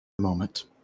moment